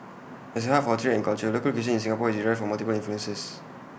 as A hub for trade and culture local cuisine in Singapore is derived from multiple influences